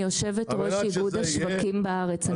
אני יושבת ראש איגוד השווקים בארץ,